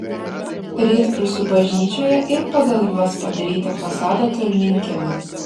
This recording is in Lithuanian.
rytprūsių bažnyčioje ir pagal juos padaryti fasadą tolminkiemiui